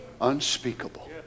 unspeakable